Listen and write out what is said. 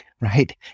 right